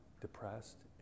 depressed